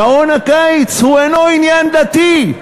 שעון הקיץ אינו עניין דתי,